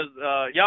y'all